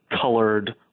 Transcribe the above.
colored